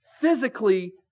physically